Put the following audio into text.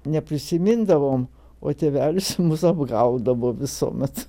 neprisimindavom o tėvelis mus apgaudavo visuomet